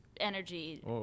energy